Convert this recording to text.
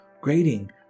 Grading